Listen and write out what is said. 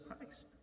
Christ